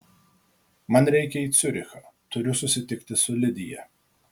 man reikia į ciurichą turiu susitikti su lidija